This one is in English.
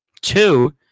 two